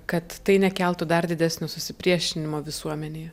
kad tai nekeltų dar didesnio susipriešinimo visuomenėje